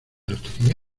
lotería